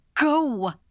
go